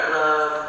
love